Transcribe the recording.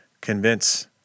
convince